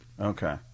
Okay